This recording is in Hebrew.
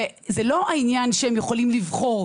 זה לא העניין שהם יכולים לבחור,